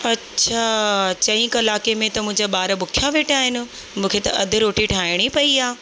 अच्छा चईं कलाक में त मुंहिंजा ॿार बुखिया वेठा आहिनि मूंखे त अधु रोटी ठाहिणी पई आहे